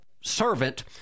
servant